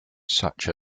such